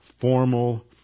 formal